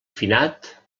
finat